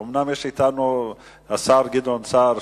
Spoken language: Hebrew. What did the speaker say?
אומנם אתנו השר גדעון סער,